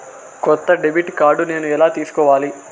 కొత్త debit card నేను ఎలా తీసుకోవాలి?